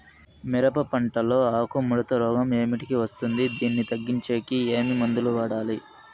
మిరప పంట లో ఆకు ముడత రోగం ఏమిటికి వస్తుంది, దీన్ని తగ్గించేకి ఏమి మందులు వాడాలి?